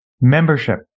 membership